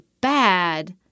bad